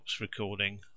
recording